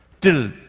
till